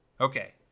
Okay